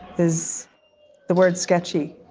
is the word sketchy.